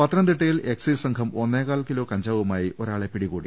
പത്തനംതിട്ടയിൽ എക്സൈസ് സംഘം ഒന്നേകാൽ കിലോ കഞ്ചാവുമായി ഒരാളെ പിടികൂടി